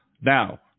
Now